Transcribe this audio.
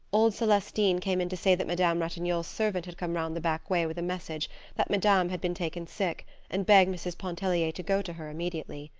old celestine came in to say that madame ratignolle's servant had come around the back way with a message that madame had been taken sick and begged mrs. pontellier to go to her immediately.